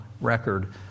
record